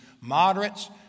moderates